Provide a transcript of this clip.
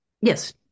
yes